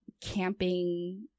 camping